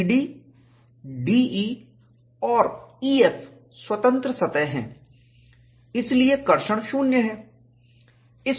CD DE और EF स्वतंत्र सतह हैं इसलिए कर्षण ट्रैक्शन शून्य है